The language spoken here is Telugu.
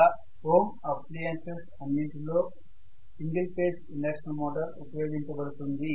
ఇలా హోమ్ అప్లయెన్సెస్ అన్నింటిలోనూ సింగల్ ఫేజ్ ఇండక్షన్ మోటార్ ఉపయోగించబడుతుంది